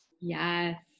Yes